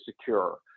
secure